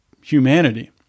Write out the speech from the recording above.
humanity